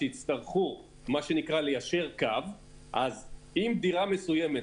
כשיצטרכו ליישר קו אז אם דירה מסוימת,